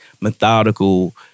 methodical